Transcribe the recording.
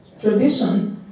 tradition